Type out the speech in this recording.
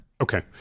Okay